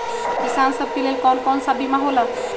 किसान सब के लेल कौन कौन सा बीमा होला?